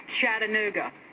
Chattanooga